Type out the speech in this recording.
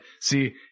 See